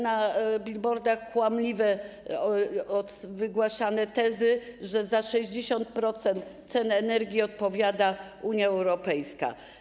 Na bilbordach są kłamliwie wygłaszane tezy, że za 60% cen energii odpowiada Unia Europejska.